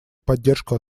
поддержку